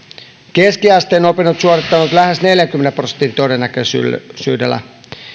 keskiasteen opinnot suorittanut lähes neljänkymmenen prosentin todennäköisyydellä